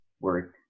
work